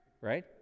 Right